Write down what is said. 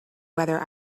whether